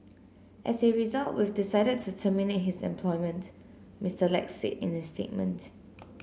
as a result we've decided to terminate his employment Mister Lack said in a statement